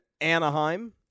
Anaheim